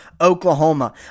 Oklahoma